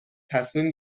تصمیم